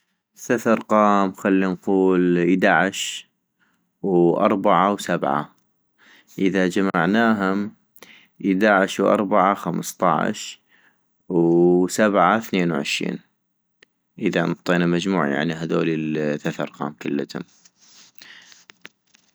ثث ارقام خلي نقول ايدعش و اربعة و سبعة - اذا جمعناهم ، ايدعش و اربعة خمصطعش وسبعة ثنين وعشين ، اذا انطينا مجموعيعني هذولي الارقام كلتم